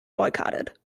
boycotted